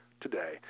today